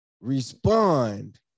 respond